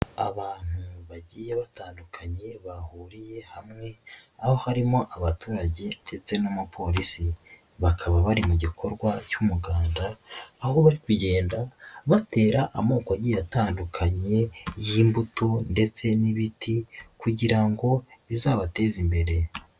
Abantu bagiye batandukanye bahuriye hamwe, aho harimo abaturage ndetse n'abapolisi, bakaba bari mu gikorwa cy'umuganda, aho bari kugenda batera amoko agiye atandukanye y'imbuto ndetse n'ibiti kugira ngo bizabateze imbere.